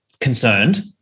concerned